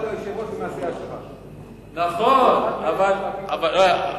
נכון, נכון.